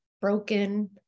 broken